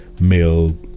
male